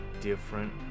different